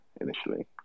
initially